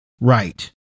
Right